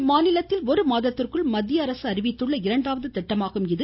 இம்மாநிலத்தில் ஒரு மாதத்திற்குள் மத்திய அரசு அறிவித்துள்ள இரண்டாவது திட்டமாகும் இது